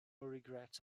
regrets